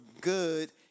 good